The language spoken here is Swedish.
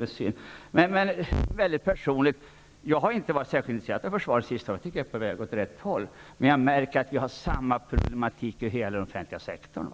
är synd. Väldigt personligt: Jag har inte varit särskilt aktiv i fråga om försvaret under det senaste året. Jag tycker att det är på väg åt rätt håll. Men jag märker att vi har samma problem inom hela den offentliga sektorn.